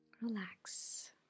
Relax